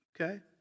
Okay